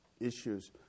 issues